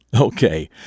Okay